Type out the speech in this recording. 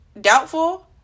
doubtful